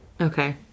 Okay